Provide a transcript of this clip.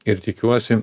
ir tikiuosi